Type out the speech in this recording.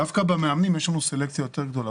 דווקא במאמנים יש לנו סלקציה יותר גדולה.